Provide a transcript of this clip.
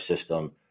system